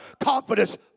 confidence